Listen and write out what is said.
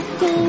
go